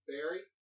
Barry